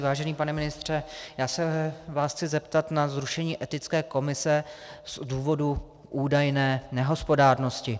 Vážený pane ministře, já se vás chci zeptat na zrušení etické komise z důvodu údajné nehospodárnosti.